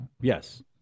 Yes